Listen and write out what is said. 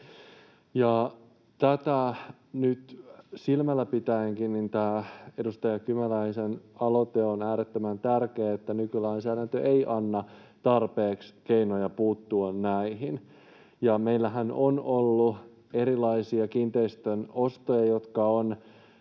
tätäkin silmällä pitäen tämä edustaja Kymäläisen aloite on äärettömän tärkeä, sillä nykylainsäädäntö ei anna tarpeeksi keinoja puuttua näihin. Meillähän on ollut erilaisia kiinteistön ostoja, jotka